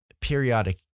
periodic